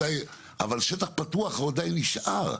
אבל שטח פתוח הוא עדיין נשאר.